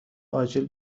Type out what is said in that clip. آجیل